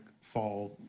fall